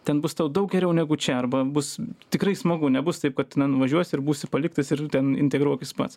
ten bus tau daug geriau negu čia arba bus tikrai smagu nebus taip kad na nuvažiuosi ir būsi paliktas ir ten integruokis pats